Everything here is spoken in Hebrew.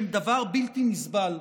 הם דבר בלתי נסבל.